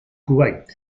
kuwait